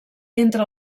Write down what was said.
entre